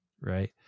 Right